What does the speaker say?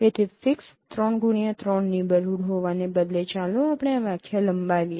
તેથી fix 3x3 neighbourhood હોવાને બદલે ચાલો આપણે આ વ્યાખ્યા લંબાવીએ